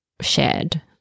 shared